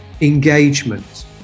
engagement